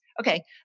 Okay